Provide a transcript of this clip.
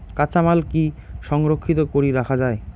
কাঁচামাল কি সংরক্ষিত করি রাখা যায়?